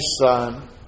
son